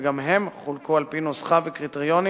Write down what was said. וגם הם חולקו על-פי נוסחה וקריטריונים